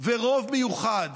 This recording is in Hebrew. ורוב מיוחד